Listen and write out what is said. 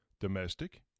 Domestic